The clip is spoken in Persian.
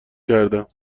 کردم